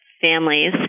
families